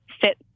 fit